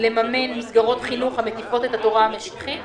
לממן מסגרות חינוך המטיפות את התורה המשיחית